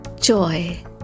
Joy